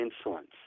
insolence